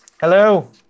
Hello